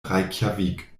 reykjavík